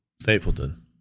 stapleton